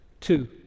Two